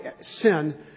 sin